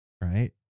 right